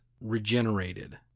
regenerated